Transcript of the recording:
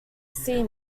see